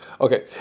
okay